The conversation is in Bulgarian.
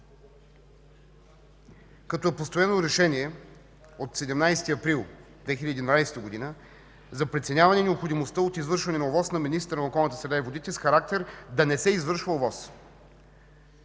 като е постановено решение от 17 април 2012 г. за преценяване на необходимостта от извършване на ОВОС на министъра на околната среда и водите с характер да не се извършва ОВОС.